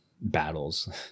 battles